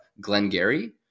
Glengarry